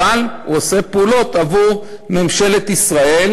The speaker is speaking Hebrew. אבל הוא עושה פעולות עבור ממשלת ישראל